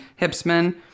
Hipsman